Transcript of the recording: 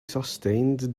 sustained